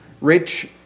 rich